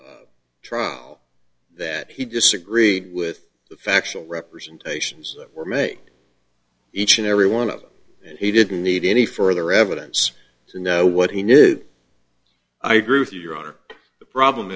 speak trol that he disagreed with the factual representations that were made each and every one of them and he didn't need any further evidence to know what he knew i agree with you your honor the problem